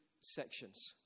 sections